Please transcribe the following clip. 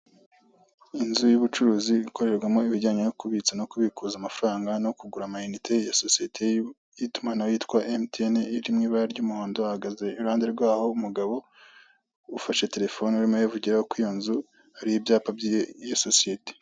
Inzu y'ubucuruzi ikorerwamo ibijyanye no kubitsa no kubikuza amafaranga no kugura amayinite ya sosiyete y'itumanaho yitwa emutiyeni iri mu ibara ry'umuhondo hahagaze i ruhande rwaho umugabo ufashe telefone arimo arayivugiraho ku iyo nzu hari ibyapa by'iyo sosiyete.